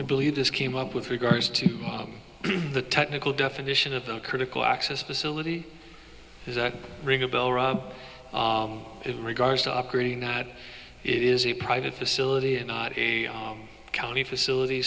i believe this came up with regards to the technical definition of the critical access facility does that ring a bell rung in regards to operating that it is a private facility and not a county facility